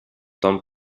tom